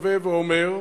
מקווה ואומר,